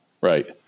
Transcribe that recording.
Right